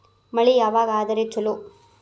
ಮಳಿ ಯಾವಾಗ ಆದರೆ ಛಲೋ?